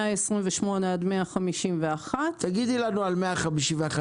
128,000 עד 151,000. תגידי לנו על 151,000,